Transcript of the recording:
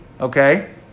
okay